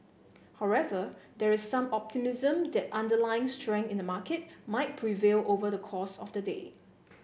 however there is some optimism that underlying strength in the market might prevail over the course of the day